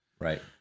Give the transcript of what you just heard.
Right